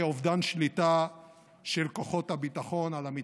אובדן שליטה של כוחות הביטחון על המתרחש.